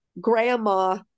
grandma